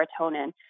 serotonin